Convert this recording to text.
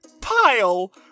pile